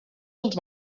els